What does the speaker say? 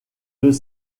est